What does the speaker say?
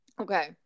Okay